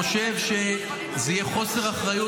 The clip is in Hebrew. -- אני חושב שזה יהיה חוסר אחריות